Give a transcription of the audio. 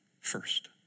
first